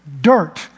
dirt